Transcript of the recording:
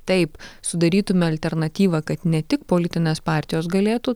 taip sudarytume alternatyvą kad ne tik politinės partijos galėtų